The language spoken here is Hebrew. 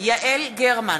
יעל גרמן,